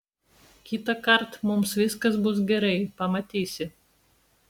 kitąkart mums viskas bus gerai pamatysi